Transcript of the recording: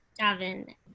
Davin